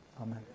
Amen